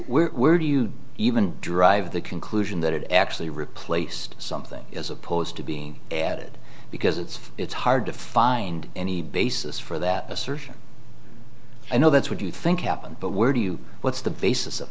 was were to you even drive the conclusion that it actually replaced something as opposed to being added because it's it's hard to find any basis for that assertion i know that's what you think happened but where do you what's the basis of